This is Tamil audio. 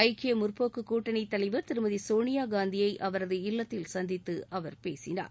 ஐக்கிய முற்போக்கு கூட்டணி தலைவர் திருமதி சோனியா காந்தியை அவரது இல்லத்தில் சந்தித்து அவர் பேசினார்